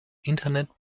internet